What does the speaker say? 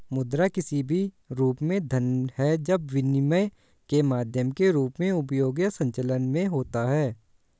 मुद्रा किसी भी रूप में धन है जब विनिमय के माध्यम के रूप में उपयोग या संचलन में होता है